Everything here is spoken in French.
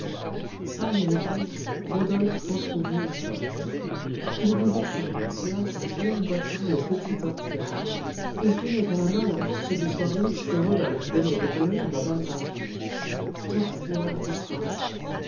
sans lui répondre rodolphe entr'ouvrit la porte il vit descendre en se hâtant et en boitant le petit tortillard il tenait à la main la bourse de soie rouge que rodolphe venait de donner à mme d'harville tortillard disparut